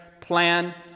plan